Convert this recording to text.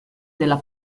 della